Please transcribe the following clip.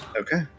Okay